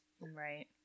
Right